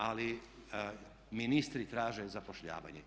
Ali ministri traže zapošljavanje.